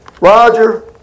Roger